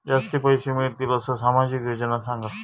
जास्ती पैशे मिळतील असो सामाजिक योजना सांगा?